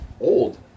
old